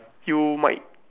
you might